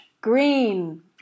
green